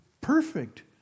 perfect